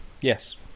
Yes